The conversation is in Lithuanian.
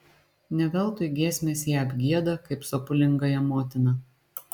ne veltui giesmės ją apgieda kaip sopulingąją motiną